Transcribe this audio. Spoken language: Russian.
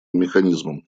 механизмом